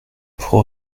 pour